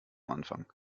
anfang